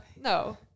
no